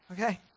Okay